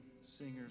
singers